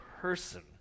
person